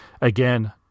Again